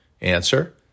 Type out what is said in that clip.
Answer